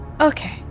Okay